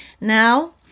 Now